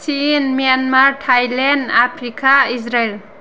China Myanmar Thailand Africa Israel